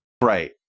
right